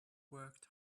worked